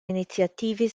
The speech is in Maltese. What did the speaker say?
inizjattivi